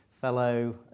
fellow